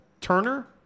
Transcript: turner